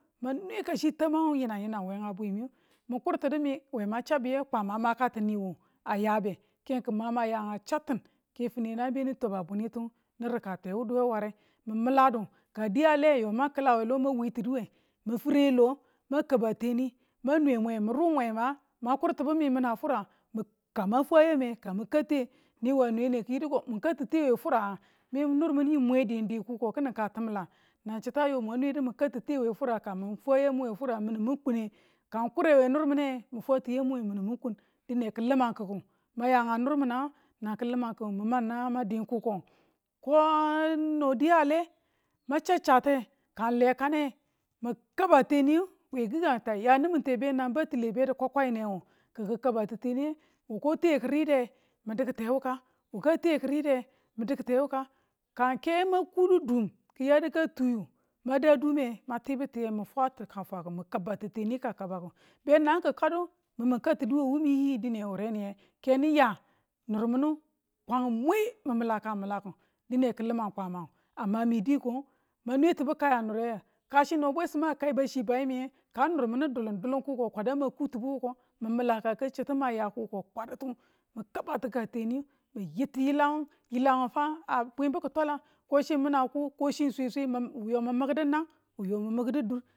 ma mwe kachi tamangu yinang yinang we a bwi miyu, mi̱ kurtinu mi we yo chabiya mi kwama makati ni wu a yabe. Ke ki̱n ma ma aya a chatin ke finenangu beni twaba bunitu ni ri̱ka tewuduwe ware mi miladu ka di a lenge, yo ma kila lo ma wiin tuduwe yo di a lenge man twaba bunitu yo di a lenge mang wu tinuwe mang fire lo man kaba teni mang nwe mwe mi ru mwe mang kurtibu mi mina fura, ka mang fwa yame ka mi ka tenge niwu a nwen ne kiye du ko mu kati te we a nga fura nga mi nur minu mwemwe di ng di kuko kini ka timilang nan chitu ayo mwan mwedu mi katu te we fura ka min fwayemu we fura min ni kun ne ka ng kur we nur minu ye mi fwati yamu minu mi kun dine dine kilimang kiku ma ya a nur minangu nang kilimangu mi man nangang man di ng kuko ng kono di a le ma cha chatu ka ng le kane mi kaba teniyu we gugangu ta ya niminte be nan batile be dukokoyen we wu, kin ki kaba ti teniyu wuko te ki̱ridemi diki te kuka, wuka te ki ride mi diki te wuka ka ng ke mang kudo dom kiyadu ka tuyu ma da duume ma tibutiye mi fwa tikafweki̱. mi kaba ti tene ka kabaku be nan ki kadu min mi kadu we yi dine wureniye keni ya nur minu kwang mwe mi̱ mi̱la ka milaku dine kilimang kwamang a mami diko man nwe tibu kayan nure, kachi no bwesimu a kai ba chi bayim yin kang nur minu dulum dulum kuko kwadu ma ko tibu wuko, mi mila ka chitu ma ya ngi kuko kwaditu mi kabati ka teniyu mi yi ti yilangu, yilangu fa a bwin bu kitwanlang ka chi min a kuu ka chi mi ng sweswe, wu yo mi mikdu nang wu yo mu mikdu dur